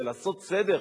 אלא לעשות סדר.